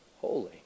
holy